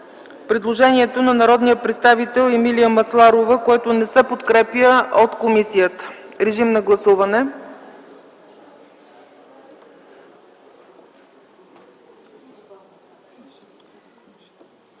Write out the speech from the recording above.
предложението на народния представител Емилия Масларова, което не се подкрепя от комисията. Гласували